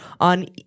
on